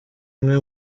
umwe